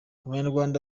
abanyarwanda